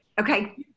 okay